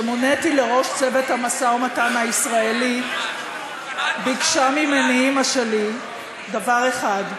כשמוניתי לראש צוות המשא ומתן הישראלי ביקשה ממני אימא שלי דבר אחד: